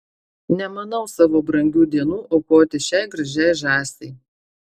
nemanau savo brangių dienų aukoti šiai gražiai žąsiai